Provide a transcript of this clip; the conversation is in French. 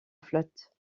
flotte